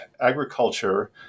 agriculture